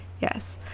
Yes